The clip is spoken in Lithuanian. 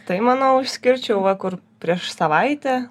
tai manau išskirčiau va kur prieš savaitę